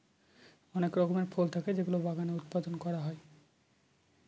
অনেক রকমের ফল থাকে যেগুলো বাগানে উৎপাদন করা হয়